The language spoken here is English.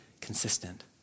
consistent